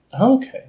Okay